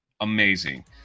amazing